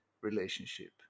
relationship